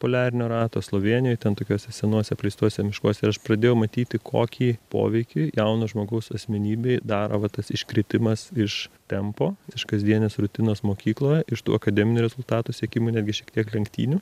poliarinio rato slovėnijoj ten tokiuose senuose apleistuose miškuose ir aš pradėjau matyti kokį poveikį jauno žmogaus asmenybei daro va tas iškritimas iš tempo iš kasdienės rutinos mokykloje iš tų akademinių rezultatų siekimo netgi šiek tiek lenktynių